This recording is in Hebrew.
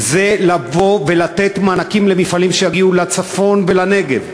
זה לבוא ולתת מענקים למפעלים שיגיעו לצפון ולנגב,